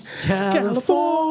California